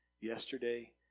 Yesterday